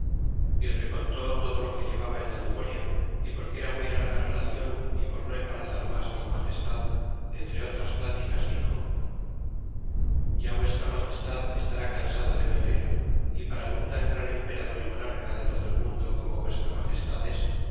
y recontó todo lo que llevaba en la memo na y porque era muy larga relacion y por no embarazar mas á su magestad entre otras pláticas dixo ya vuestra magestad estará cansado de me oir y para un tan gran emperador y monarca de todo el mundo como vuestra magestad